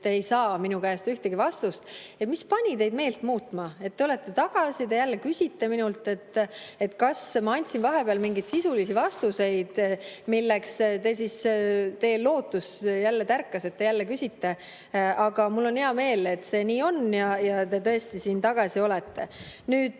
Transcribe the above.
ei saa minu käest ühtegi vastust, siis mis pani teid meelt muutma. Te olete tagasi, te jälle küsite minult. Kas ma andsin vahepeal mingeid sisulisi vastuseid, mille tõttu teil lootus tärkas, et te jälle küsite? Aga mul on hea meel, et see nii on ja te tõesti siin tagasi olete. Mis